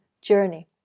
journey